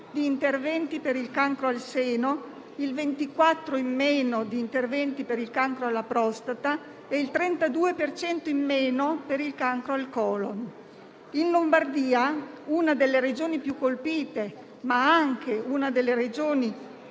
di interventi per il cancro al seno, il 24 per cento in meno di interventi per il cancro alla prostata e il 32 per cento in meno per il cancro al colon. In Lombardia, una delle Regioni più colpite, ma anche una delle Regioni